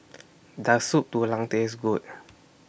Does Soup Tulang Taste Good